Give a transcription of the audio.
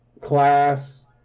class